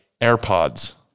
airpods